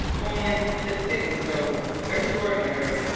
only it seems so extraordinary.